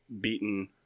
beaten –